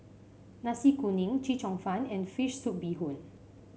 Nasi Kuning Chee Cheong Fun and fish soup Bee Hoon